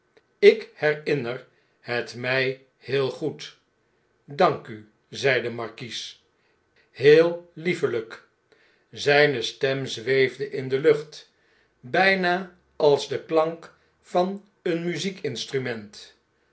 ik herinner het mjj heel goed dank u zei de markies heel liefelflk ztjne stem zweefde in de lucht bgna als de klank van een muziekinstrument